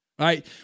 right